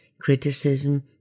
criticism